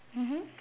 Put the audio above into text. mmhmm